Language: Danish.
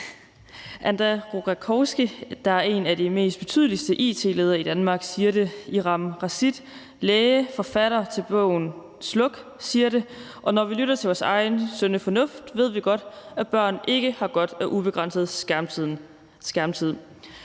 André Rogaczewski, der er en af de betydeligeste it-ledere i Danmark, siger det. Imran Rashid, læge, forfatter til bogen »Sluk«, siger det, og når vi lytter til vores egen sunde fornuft, ved vi godt, at børn ikke har godt af ubegrænset skærmtid.